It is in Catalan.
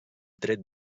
tret